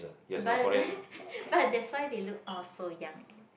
by the way but that's why they all look so young